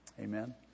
Amen